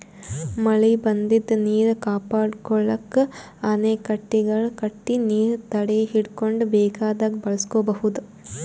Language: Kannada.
ಮಳಿ ಬಂದಿದ್ದ್ ನೀರ್ ಕಾಪಾಡ್ಕೊಳಕ್ಕ್ ಅಣೆಕಟ್ಟೆಗಳ್ ಕಟ್ಟಿ ನೀರ್ ತಡೆಹಿಡ್ಕೊಂಡ್ ಬೇಕಾದಾಗ್ ಬಳಸ್ಕೋಬಹುದ್